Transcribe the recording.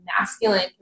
masculine